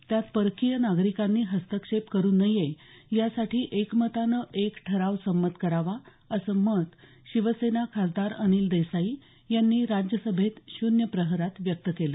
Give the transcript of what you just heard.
त्यात परकीय नागरिकांनी हस्तक्षेप करू नये यासाठी एकमतांनं एक ठराव संमत करावा असं मत शिवसेना खासदार अनिल देसाई यांनी राज्यसभेत शून्य प्रहरात व्यक्त केलं